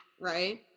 right